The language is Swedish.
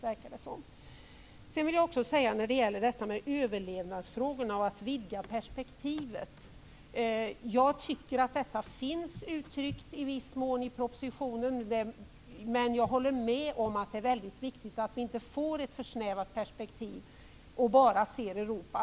Överlevnadsfrågorna och frågan om att vidga perspektivet finns i viss mån med i propositionen. Jag håller med om att det är väldigt viktig att vi inte får ett för snävt perspektiv och bara ser Europa.